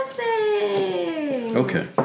Okay